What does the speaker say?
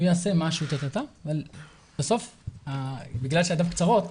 הוא יעשה משהו, אבל בסוף בגלל שידיו קצרות,